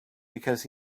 because